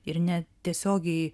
ir ne tiesiogiai